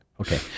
okay